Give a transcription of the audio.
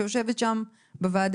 שיושבת שם בוועדה?